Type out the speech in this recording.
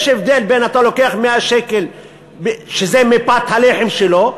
ויש הבדל בין אם אתה לוקח 100 שקל שזה מפת הלחם שלו,